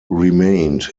remained